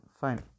fine